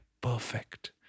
perfect